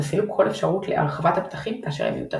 וסילוק כל אפשרות ל"הרחבת הפתחים" כאשר הם מיותרים.